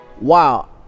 Wow